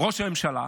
ראש הממשלה,